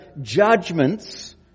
judgments